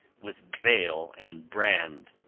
with bale and brand.